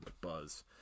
buzz